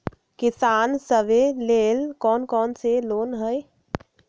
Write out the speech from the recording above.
किसान सवे लेल कौन कौन से लोने हई?